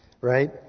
Right